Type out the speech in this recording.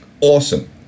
awesome